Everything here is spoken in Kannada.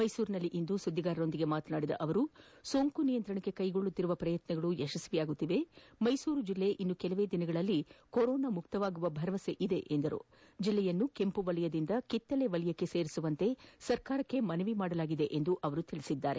ಮೈಸೂರಿನಲ್ಲಿಂದು ಸುದ್ದಿಗಾರರೊಂದಿಗೆ ಮಾತನಾಡಿದ ಅವರು ಸೋಂಕು ನಿಯಂತ್ರಣಕ್ಕೆ ಕೈಗೊಳ್ಳುತ್ತಿರುವ ಪ್ರಯತ್ನಗಳು ಯಶಸ್ವಿಯಾಗುತ್ತಿದ್ದು ಮೈಸೂರು ಜಿಲ್ಲೆ ಇನ್ನು ಕೆಲವೇ ದಿನಗಳಲ್ಲಿ ಕೊರೊನಾ ಮುಕ್ತವಾಗುವ ಭರವಸೆಯಿದೆ ಜಿಲ್ಲೆಯನ್ನು ಕೆಂಪು ವಲಯದಿಂದ ಕಿತ್ತಲೆ ವಲಯಕ್ಕೆ ಸೇರಿಸುವಂತೆ ಸರ್ಕಾರಕ್ಷೆ ಮನವಿ ಮಾಡಲಾಗಿದೆ ಎಂದು ತಿಳಿಸಿದರು